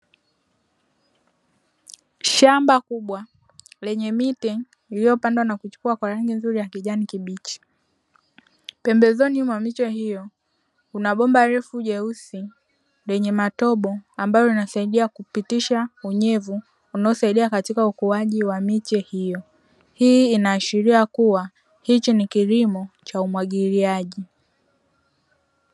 Shamba kubwa lenye miche iliyopandwa na kuchipua kwa rangi nzuri ya kijani kibichi. Pembezoni mwa miche hiyo kuna bomba refu jeusi lenye matobo ambayo yanasaidia kupitisha unyevu unaosaidia katika ukuaji wa miche hiyo. Hii inaashiria kuwa hichi ni kilimo cha umwagiliaji.